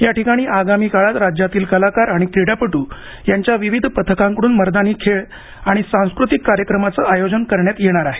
या ठिकाणी आगामी काळात राज्यातील कलाकार आणि क्रीडापट्र यांच्या विविध पथकांकड्रन मर्दानी खेळ आणि सांस्कृतिक कार्यक्रमांचं आयोजन करण्यात येणार आहे